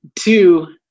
two